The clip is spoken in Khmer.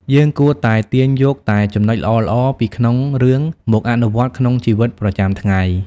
យើងគួរតែទាញយកតែចំណុចល្អៗពីក្នុងរឿងមកអនុវត្តក្នុងជីវិតប្រចាំថ្ងៃ។